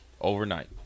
overnight